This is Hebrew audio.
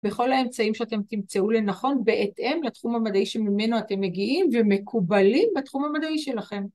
בכל האמצעים שאתם תמצאו לנכון בהתאם לתחום המדעי שממנו אתם מגיעים ומקובלים בתחום המדעי שלכם.